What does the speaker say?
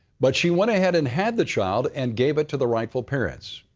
but she went ahead and had the child and gave it to the rightful parents.